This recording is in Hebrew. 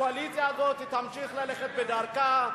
הקואליציה הזאת תמשיך ללכת בדרכה.